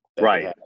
Right